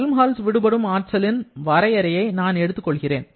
Helmholtz விடுபடும் ஆற்றலின் வரையறையை நான் எடுத்துக் கொள்கிறேன்